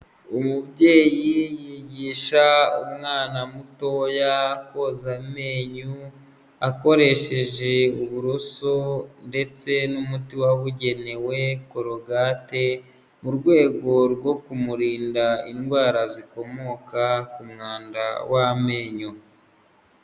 Umubyeyi yigisha umwana mutoya koza amenyo akoresheje uburoso ndetse n'umuti wabugenewe korogate mu rwego rwo kumurinda indwara zikomoka ku mwanda w'amenyo.